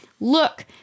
Look